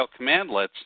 commandlets